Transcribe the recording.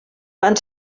van